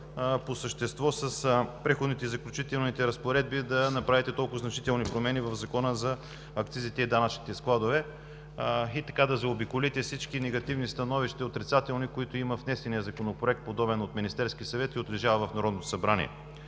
по същество с Преходните и заключителните разпоредби, да направите толкова значителни промени в Закона за акцизите и данъчните складове и така да заобиколите всички негативни и отрицателни становища, които има внесеният подобен законопроект, внесен от Министерския съвет и отлежава в Народното събрание.